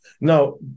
Now